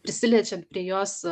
prisiliečiant prie jos